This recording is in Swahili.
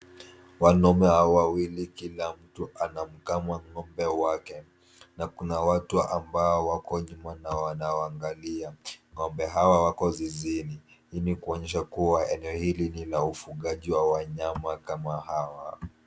Wanaume hawa wawili kila mtu anamkama ng'ombe wake, na kuna watu ambao wako nyuma na wanawaangalia. Ng'ombe hawa wako zizini. Hii ni kuonyesha kuwa eneo hili ni la ufugaji wa wanyama kama hawa.